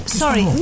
sorry